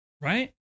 Right